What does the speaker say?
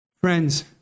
Friends